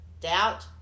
doubt